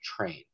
train